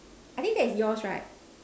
I think that is yours right